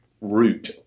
root